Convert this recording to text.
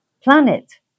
planet